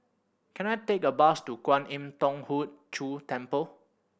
can I take a bus to Kwan Im Thong Hood Cho Temple